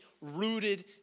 rooted